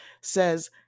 says